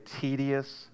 tedious